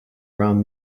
around